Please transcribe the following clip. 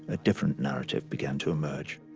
a different narrative began to emerge,